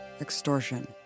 extortion